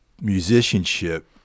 musicianship